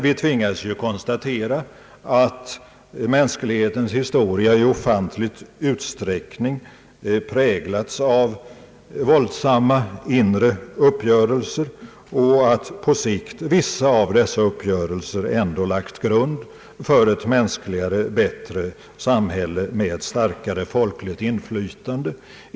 Vi tvingas dock konstatera att mänsklighetens historia i ofantlig utsträckning präglats av våldsamma inre uppgörelser och att på sikt vissa av dessa uppgörelser ändå lagt grunden för ett mänskligare och bättre samhälle med starkare folkligt inflytande.